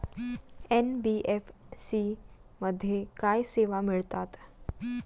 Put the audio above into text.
NBFC मध्ये काय सेवा मिळतात?